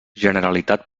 generalitat